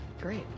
Great